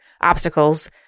obstacles